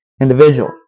individual